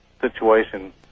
situation